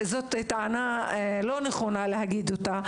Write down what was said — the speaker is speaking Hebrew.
לא נכון להגיד את הטענה הזו.